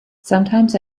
sometimes